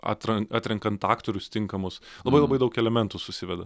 atrank atrenkant aktorius tinkamus labai labai daug elementų susiveda